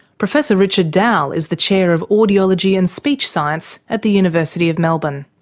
professor richard dowell is the chair of audiology and speech science at the university of melbourne.